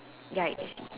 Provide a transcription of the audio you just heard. ya it is